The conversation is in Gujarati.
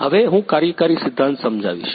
હવે હું કાર્યકારી સિદ્ધાંત સમજાવીશ